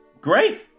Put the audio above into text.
Great